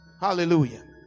hallelujah